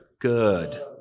Good